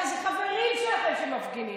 הרי אלה חברים שלכם שמפגינים.